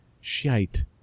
shite